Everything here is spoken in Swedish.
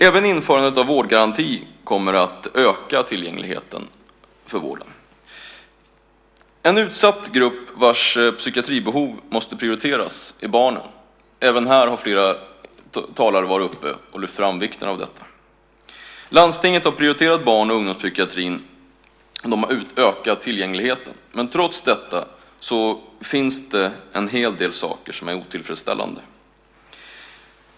Även införandet av vårdgaranti kommer att öka tillgängligheten till vården. En utsatt grupp, vars psykiatribehov måste prioriteras, är barnen. Även vikten av detta har flera talare lyft fram. Landstinget har prioriterat barn och ungdomspsykiatrin genom att öka tillgängligheten. Trots detta finns det en hel del saker som är otillfredsställande.